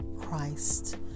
Christ